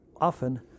often